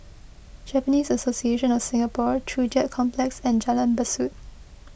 Japanese Association of Singapore Joo Chiat Complex and Jalan Besut